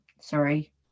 sorry